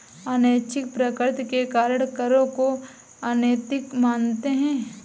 अनैच्छिक प्रकृति के कारण करों को अनैतिक मानते हैं